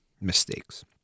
mistakes